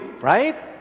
right